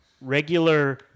regular